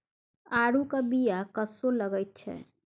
आड़ूक बीया कस्सो लगैत छै